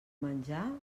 menjar